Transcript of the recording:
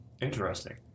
interesting